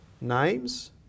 names